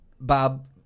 Bob